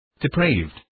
Depraved